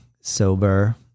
sober